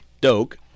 doke